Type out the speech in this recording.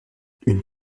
une